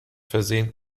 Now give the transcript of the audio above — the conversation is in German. versehen